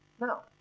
No